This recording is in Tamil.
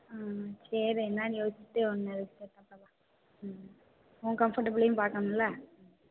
ஆ ஆ சரி என்னென்னு யோசிச்சுட்டு வந்து அப்புறம் பார்க்கலாம் ம் உன் கம்ஃபர்ட்டபிள்லேயும் பார்க்கணும்ல்ல